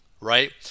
right